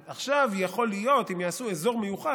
יכול להיות שאם יעשו אזור מיוחד,